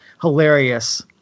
hilarious